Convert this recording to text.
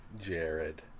Jared